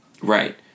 right